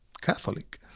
Catholic